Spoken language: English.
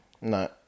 No